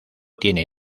tiene